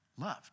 loved